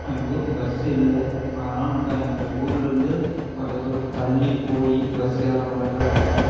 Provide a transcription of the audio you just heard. அவங்க ஊருக்கு பஸ் இல்லை அதனால் வந்துட்டு அவங்க அந்த ஊரிலேருந்து கொஞ்ச தூரம் தள்ளிப்போய் பஸ் ஏறுகிற மாதிரி தான் இருக்கும்